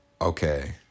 Okay